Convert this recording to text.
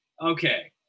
Okay